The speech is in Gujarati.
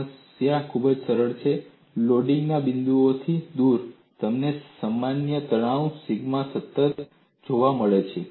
સમસ્યા ખૂબ જ સરળ છે લોડિંગ ના બિંદુઓથી દૂર તમને સામાન્ય તણાવ સિગ્મા સતત દરેક જગ્યાએ મળે છે